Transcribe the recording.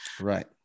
right